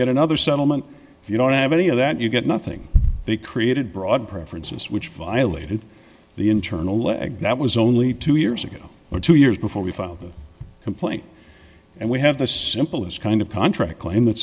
get another settlement if you don't have any of that you get nothing they created broad preferences which violated the internal leg that was only two years ago or two years before we found the complaint and we have the simple as kind of contract claim that